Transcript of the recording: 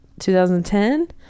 2010